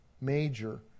major